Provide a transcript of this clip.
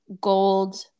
gold